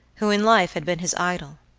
who in life had been his idol.